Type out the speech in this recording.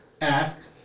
ask